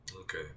Okay